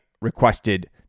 requested